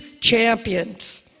champions